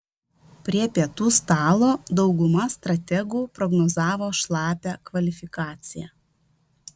prie pietų stalo dauguma strategų prognozavo šlapią kvalifikaciją